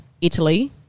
Italy